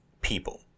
people